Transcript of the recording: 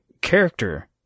character